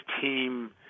team